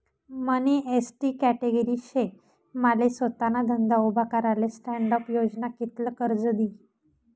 मनी ST category शे माले सोताना धंदा उभा कराले स्टॅण्डअप योजना कित्ल कर्ज दी?